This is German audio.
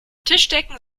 tischdecken